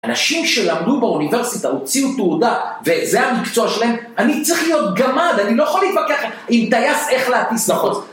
אנשים שלמדו באוניברסיטה, הוציאו תעודה, וזה המקצוע שלהם, אני צריך להיות גמד, אני לא יכול להתווכח עם טייס איך להטיס מטוס.